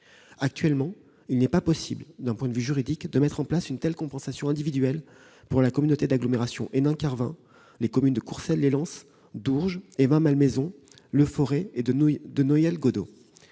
Actuellement, il n'est pas possible, d'un point de vue juridique, de mettre en place une telle compensation individuelle pour la communauté d'agglomération Hénin-Carvin ou les communes de Courcelles-lès-Lens, de Dourges, d'Evin-Malmaison, de Leforest et de Noyelles-Godault.